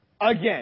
again